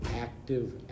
active